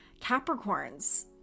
Capricorns